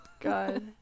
god